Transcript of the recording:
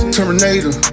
Terminator